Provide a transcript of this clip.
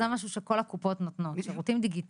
זה משהו שכל קופות החולים נותנות שירותים דיגיטליים.